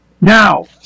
Now